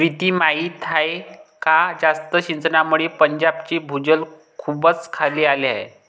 प्रीती माहीत आहे का जास्त सिंचनामुळे पंजाबचे भूजल खूपच खाली आले आहे